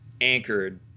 anchored